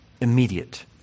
immediate